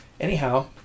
Anyhow